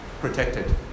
Protected